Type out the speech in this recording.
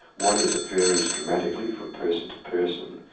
one is it varies dramatically from person to person,